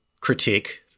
critique